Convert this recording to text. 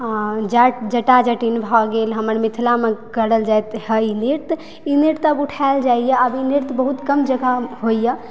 आ जाट जटा जटिन भऽ गेल हमर मिथिलामऽ करल जाइत हइ इ नृत्य ई नृत्य आब उठैल जाइए आब ई नृत्य बहुत कम जगह होइए